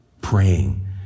Praying